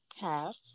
half